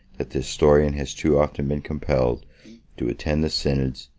that the historian has too often been compelled to attend the synods,